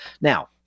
Now